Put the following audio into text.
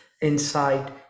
inside